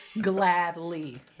gladly